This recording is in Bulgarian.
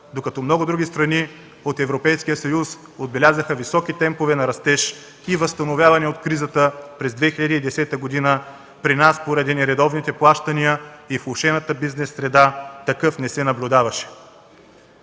Докато много други страни от Европейския съюз отбелязаха високи темпове на растеж и възстановяване от кризата, през 2010 г. при нас, поради нередовните плащания и влошената бизнес среда, такъв не се наблюдаваше.